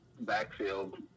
backfield